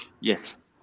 Yes